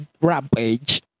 Rampage